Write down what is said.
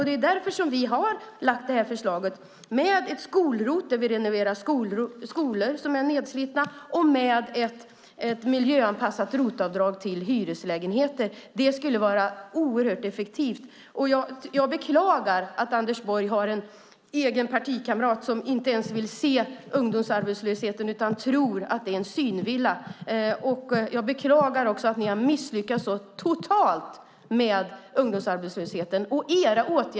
Det är därför vi har lagt fram förslaget om ett skol-ROT där vi renoverar skolor som är nedslitna och ett miljöanpassat ROT-avdrag till hyreslägenheter. Det skulle vara oerhört effektivt. Jag beklagar att Anders Borg har en egen partikamrat som inte vill se ungdomsarbetslösheten utan tror att det är en synvilla. Jag beklagar också att ni har misslyckats totalt med ungdomsarbetslösheten.